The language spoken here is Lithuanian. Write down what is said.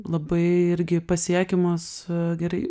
labai irgi pasiekiamos gerai